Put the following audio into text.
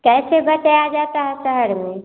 कैसे बचाया जाता है शहर में